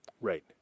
Right